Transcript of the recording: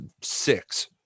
six